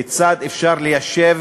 כיצד אפשר ליישב